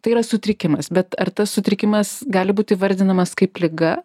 tai yra sutrikimas bet ar tas sutrikimas gali būti įvardinamas kaip liga